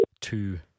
Two